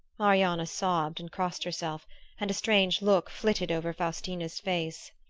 marianna sobbed and crossed herself and a strange look flitted over faustina's face.